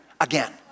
again